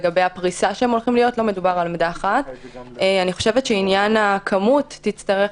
לגבי הפריסה אני חושבת שעניין הכמות תצטרך